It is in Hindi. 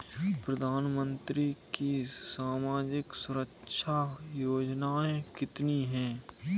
प्रधानमंत्री की सामाजिक सुरक्षा योजनाएँ कितनी हैं?